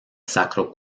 sacro